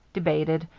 debated,